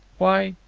why,